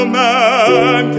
man